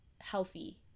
healthy